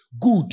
Good